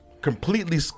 completely